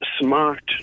smart